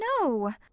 no